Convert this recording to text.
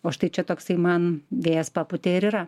o štai čia toksai man vėjas papūtė ir yra